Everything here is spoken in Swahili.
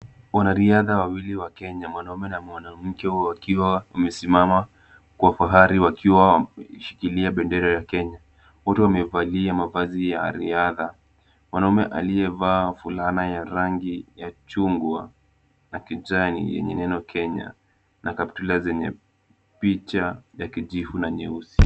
Wanariadha wawili wa Kenya, mwanaume na mwanamke, wakiwa wamesima kwa fahari, wakiwa wameshikilia bendera ya Kenya. Wote wamevalia mavazi ya riadha. Mwanaume aliyevaa fulana ya rangi ya chungwa na kijani, yenye neno Kenya, na kaptula zenye picha za kijivu na nyeusi.